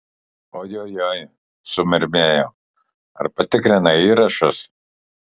ojojoi sumurmėjo ar patikrinai įrašus